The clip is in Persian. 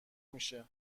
میشه